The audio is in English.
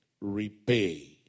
repay